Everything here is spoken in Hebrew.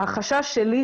החשש שלי,